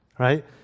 right